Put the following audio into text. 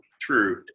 True